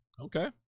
Okay